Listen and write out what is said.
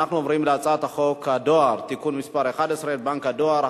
ואנחנו עוברים להצעת חוק הדואר (תיקון מס' 11) (בנק הדואר),